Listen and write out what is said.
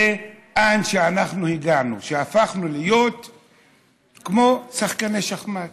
לאן אנחנו הגענו, שהפכנו להיות כמו שחקני שחמט.